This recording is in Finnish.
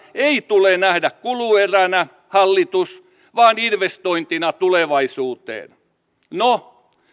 ei tule nähdä kulueränä hallitus vaan investointina tulevaisuuteen no